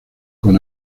con